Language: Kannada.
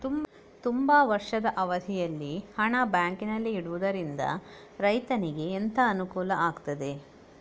ತುಂಬಾ ವರ್ಷದ ಅವಧಿಯಲ್ಲಿ ಹಣ ಬ್ಯಾಂಕಿನಲ್ಲಿ ಇಡುವುದರಿಂದ ರೈತನಿಗೆ ಎಂತ ಅನುಕೂಲ ಆಗ್ತದೆ?